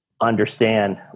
understand